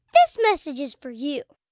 this message is for you.